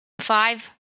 five